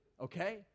okay